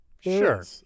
Sure